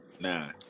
Nah